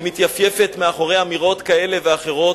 ומתייפייפת מאחורי אמירות כאלה ואחרות.